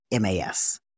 MAS